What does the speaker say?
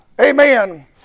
Amen